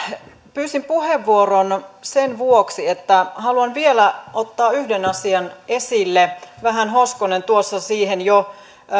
pyysin puheenvuoron sen vuoksi että haluan vielä ottaa yhden asian esille vähän hoskonen tuossa siihen jo